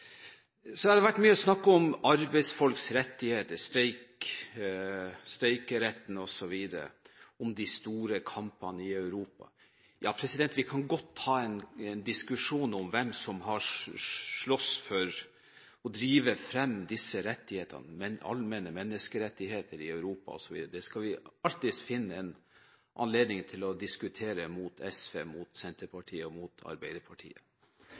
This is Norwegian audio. har vært mye snakk om arbeidsfolks rettigheter, streikeretten osv. – om de store kampene i Europa. Vi kan godt ta en diskusjon om hvem som har slåss for å drive frem disse rettighetene, men allmenne menneskerettigheter i Europa osv. skal vi alltids finne en anledning til å diskutere med SV, Senterpartiet og Arbeiderpartiet.